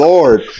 Lord